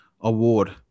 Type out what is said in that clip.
award